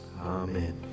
Amen